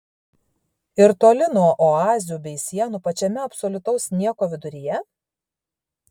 ir toli nuo oazių bei sienų pačiame absoliutaus nieko viduryje